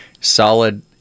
solid